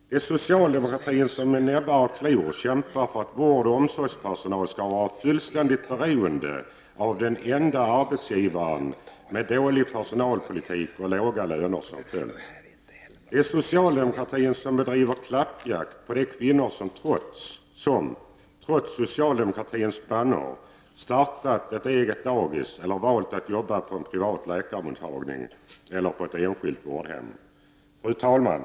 Det är socialdemokratin som med näbbar och klor kämpar för att vårdoch omsorgspersonal skall vara fullständigt beroende av den ende Arbetsgivaren, med dålig personalpolitik och låga löner som följd. Det är socialdemokratin som bedriver klappjakt på de kvinnor som, trots socialdemokratins bannor, startat ett eget dagis eller valt att jobba på en privat läkarmottagning eller på ett enskilt vårdhem. Fru talman!